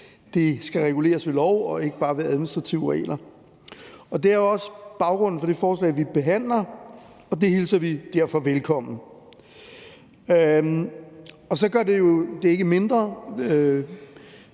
det skal reguleres ved lov og ikke bare ved administrative regler. Det er også baggrunden for det forslag, vi behandler, og det hilser vi derfor velkommen. Og så gør det det jo ikke